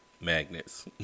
magnets